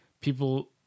people